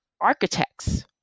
architects